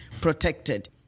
protected